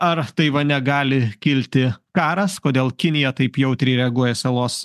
ar taivane gali kilti karas kodėl kinija taip jautriai reaguoja į salos